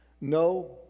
no